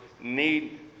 need